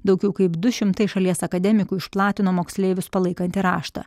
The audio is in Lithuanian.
daugiau kaip du šimtai šalies akademikų išplatino moksleivius palaikantį raštą